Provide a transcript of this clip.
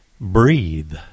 Breathe